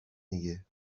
دیگه